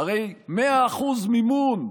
הרי 100% מימון,